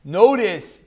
notice